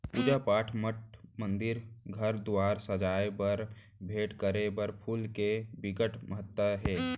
पूजा पाठ, मठ मंदिर, घर दुवार सजाए बर, भेंट करे बर फूल के बिकट महत्ता हे